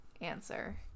answer